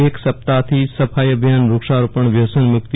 એક સપ્તાહ થી સફાઈ અભિયાનવુક્ષા રોપણવ્યસન મુક્તિ